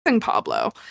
Pablo